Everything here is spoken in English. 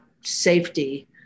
safety